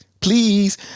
please